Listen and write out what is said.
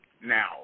now